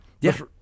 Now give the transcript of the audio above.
Yes